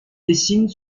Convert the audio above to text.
dessinent